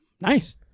nice